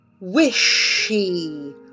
wishy